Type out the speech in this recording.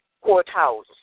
Courthouse